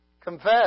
confess